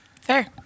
Fair